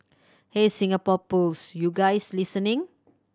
hey Singapore Pools you guys listening